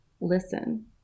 listen